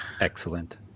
excellent